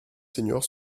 seniors